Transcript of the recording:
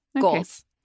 Goals